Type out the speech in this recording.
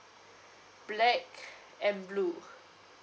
black and blue